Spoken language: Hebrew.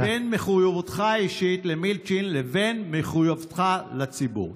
בין מחויבותך האישית למילצ'ן לבין מחויבותך לציבור".